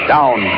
Down